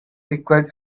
liquid